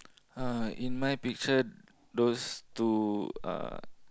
uh in my picture those two are